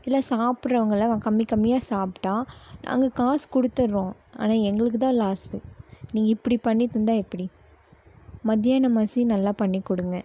இல்லை சாப்புறவங்கள்லாம் கம்மி கம்மியாக சாப்பிட்டா நாங்கள் காசு கொடுத்துறோம் ஆனால் எங்களுக்கு தான் லாஸு நீங்கள் இப்படி பண்ணி தந்தால் எப்படி மத்தியானமாசி நல்லா பண்ணிக் கொடுங்க